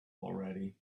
already